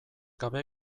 gabe